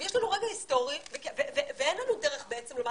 יש לנו רגע היסטורי ואין לנו דרך בעצם לומר,